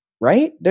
right